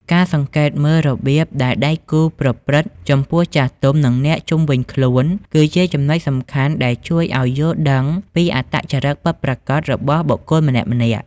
ការសង្កេតមើលរបៀបដែលដៃគូប្រព្រឹត្តចំពោះចាស់ទុំ និងអ្នកជុំវិញខ្លួន គឺជាចំណុចសំខាន់ដែលជួយឱ្យយល់ដឹងពីអត្តចរិតពិតប្រាកដរបស់បុគ្គលម្នាក់ៗ។